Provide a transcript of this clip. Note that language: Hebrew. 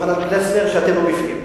יוחנן פלסנר, על זה שאתם לא בפנים.